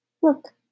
Look